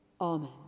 Amen